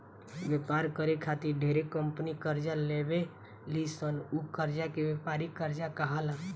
व्यापार करे खातिर ढेरे कंपनी कर्जा लेवे ली सन उ कर्जा के व्यापारिक कर्जा कहाला